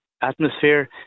atmosphere